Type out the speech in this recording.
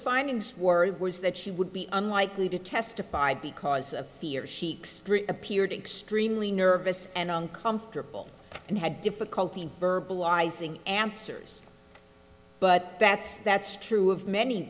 findings were was that she would be unlikely to testify because of fear she appeared extremely nervous and uncomfortable and had difficulty verbalizing answers but that's that's true of many